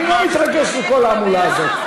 אני לא מתרגש מכל ההמולה הזאת.